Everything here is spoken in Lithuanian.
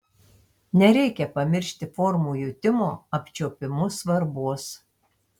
nereikia pamiršti formų jutimo apčiuopimu svarbos